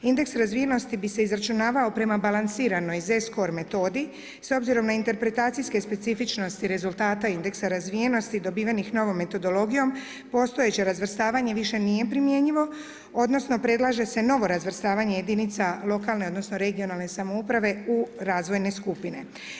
Indeks razvijenosti bi se izračunavao prema balansiranoj iz z-score metodi, s obzirom na interpretacijske specifičnosti rezultata indeksa razvijenosti dobivenih novom metodologijom postojeće razvrstavanje više nije primjenjivo odnosno predlaže se novo razvrstavanje jedinica lokalne odnosno regionalne samouprave u razvojne skupine.